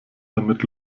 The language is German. damit